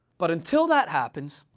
but until that happens,